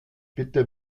bitte